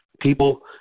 People